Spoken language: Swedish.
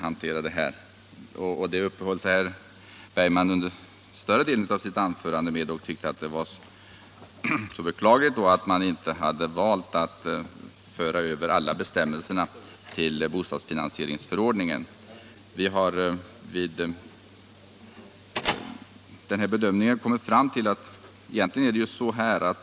Herr Bergman uppehöll sig vid detta under större delen av sitt anförande. Han tyckte det var beklagligt att man inte hade valt att föra över alla bestämmelser till bostadsfinansieringsförordningen. Vi har vid vår bedömning inom utskottet kommit fram till att såväl